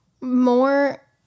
more